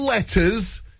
Letters